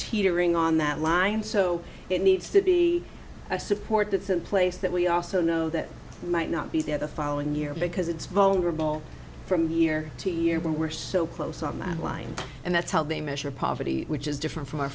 teetering on that line so it needs to be a support that's in place that we also know that might not be there the following year because it's vulnerable from year to year but we're so close on that line and that's how they measure poverty which is different from our